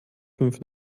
fünf